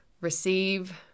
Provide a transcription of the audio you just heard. Receive